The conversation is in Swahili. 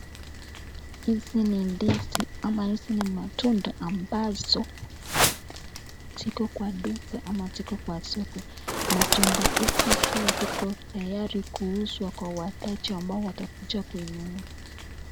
Hizi ni ndizi ama hizi ni matunda ambazo ziko kwa duka ama ziko kwa soko , matunda hizi ikiwa ziko tayari kuuzwa kwa wateja ambao watakuja kununua.